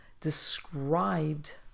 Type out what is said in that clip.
described